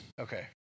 Okay